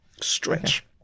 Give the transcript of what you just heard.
Stretch